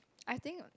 I think